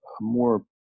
more